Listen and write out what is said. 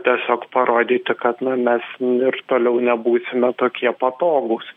tiesiog parodyti kad na mes ir toliau nebūsime tokie patogūs